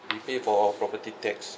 we pay for our property tax